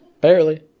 Barely